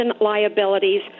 liabilities